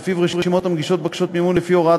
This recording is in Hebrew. שלפיו רשימות המגישות בקשות מימון לפי הוראת